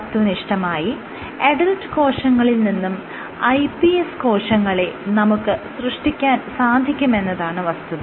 തത്വനിഷ്ഠമായി adult കോശങ്ങളിൽ നിന്നും iPS കോശങ്ങളെ നമുക്ക് സൃഷ്ടിക്കാൻ സാധിക്കും എന്നതാണ് വസ്തുത